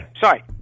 sorry